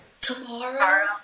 Tomorrow